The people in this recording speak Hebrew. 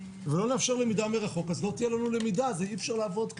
לא נאפשר למידה מרחוק אז לא תהיה לנו למידה וכך אי אפשר לעבוד.